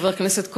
חבר הכנסת כהן,